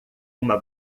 uma